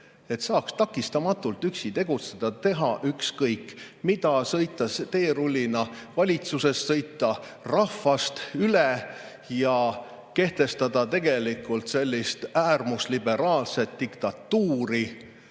saaks takistamatult üksi tegutseda, teha ükskõik mida, sõita teerullina valitsusest üle, sõita rahvast üle ja kehtestada tegelikult sellist äärmusliberaalset diktatuuri.